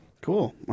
Cool